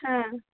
হ্যাঁ